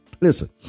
listen